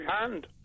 hand